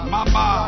Mama